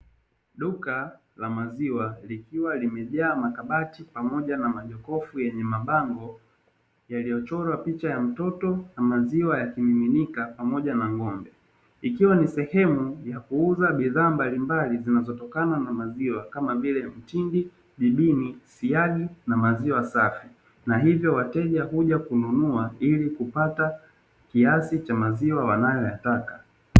Duka la maziwa likiwa limejaa makabati pamoja na majokufu yenye mabango yaliyochorwa picha ya mtoto na maziwa yakimiminika pamoja na ng'ombe, ikiwa ni sehemu ya kuuza bidhaa mbalimbali, zinazotokana na maziwa kama vile mtindi, didini, siagi na maziwa safi, na hivyo wateja kuja kununua ili kupata kiasi cha maziwa wanayoyataka.